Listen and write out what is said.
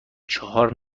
چهار